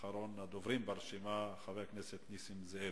אחרון הדוברים ברשימה, חבר הכנסת נסים זאב.